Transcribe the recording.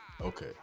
Okay